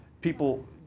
people